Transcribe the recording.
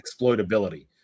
exploitability